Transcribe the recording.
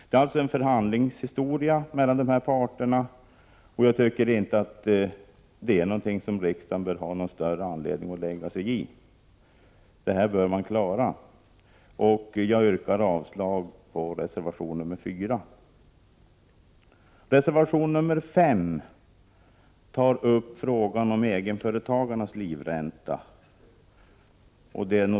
Det är alltså en förhandlingsfråga för dessa parter, en fråga som riksdagen inte har någon större anledning att lägga sig i. Jag yrkar därför avslag på reservation 4. I reservation 5 tas frågan om egenföretagarnas livränta upp.